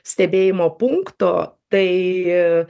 stebėjimo punkto tai